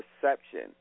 perception